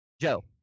Joe